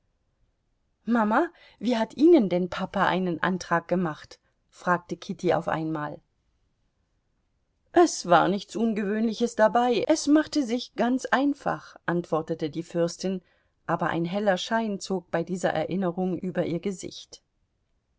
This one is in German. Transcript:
mama wie hat ihnen denn papa einen antrag gemacht fragte kitty auf einmal es war nichts ungewöhnliches dabei es machte sich ganz einfach antwortete die fürstin aber ein heller schein zog bei dieser erinnerung über ihr gesicht